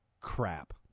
crap